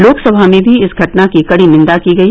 लोकसभा में भी इस घटना की कड़ी निन्दा की गई